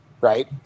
right